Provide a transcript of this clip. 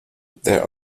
there